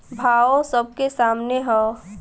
भावो सबके सामने हौ